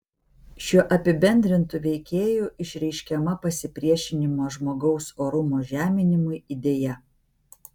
šiuo apibendrintu veikėju išreiškiama pasipriešinimo žmogaus orumo žeminimui idėja